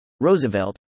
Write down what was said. Roosevelt